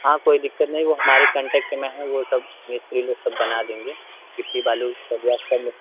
हाँ कोई दिक्कत नहीं वो हमारे कंटेक्ट में हैं वो सब मिस्त्री लोग सब बना देंगे गिट्टी बालू सरिया सब